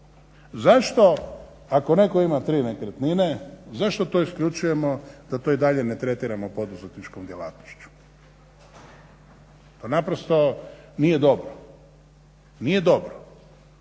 Zašto ako netko ima tri nekretnine zašto to isključujemo da to i dalje ne tretiramo poduzetničkom djelatnošću? To naprosto nije dobro, nije dobro.